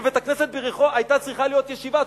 בבית-הכנסת ביריחו היתה צריכה להיות ישיבה,